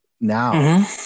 now